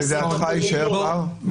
לדעתך יישאר פער?